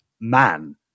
man